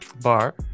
bar